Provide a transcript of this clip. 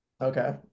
Okay